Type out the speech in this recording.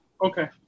Okay